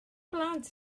blant